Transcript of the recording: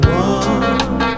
one